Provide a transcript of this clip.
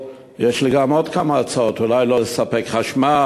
יש לי גם עוד כמה הצעות: אולי לא לספק חשמל,